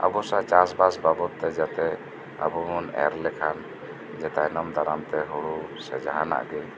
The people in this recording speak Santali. ᱟᱵᱩ ᱥᱟᱶ ᱪᱟᱥᱵᱟᱥ ᱵᱟᱵᱚᱛ ᱛᱮ ᱡᱟᱛᱮ ᱟᱵᱩ ᱵᱩᱱ ᱮᱨ ᱞᱮᱠᱷᱟᱱ ᱡᱮ ᱛᱟᱭᱱᱚᱢ ᱫᱟᱨᱟᱢ ᱛᱮ ᱦᱩᱲᱩ ᱥᱮ ᱡᱟᱦᱟᱱᱟᱜ ᱜᱤ